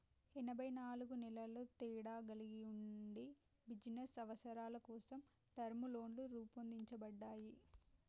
ఎనబై నాలుగు నెలల తేడా కలిగి ఉండి బిజినస్ అవసరాల కోసం టర్మ్ లోన్లు రూపొందించబడ్డాయి